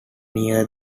near